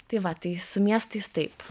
tai va tai su miestais taip